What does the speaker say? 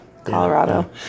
Colorado